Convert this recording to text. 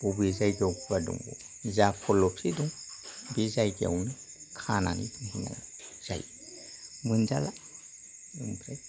बबे जायगायाव गुवार दंबावो जा खरलेबसे दं बे जायगायावनो खानानै दोननाय जायो मोनजाला ओमफ्राय